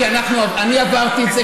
כי אני עברתי את זה,